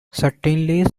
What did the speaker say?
certainly